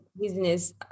business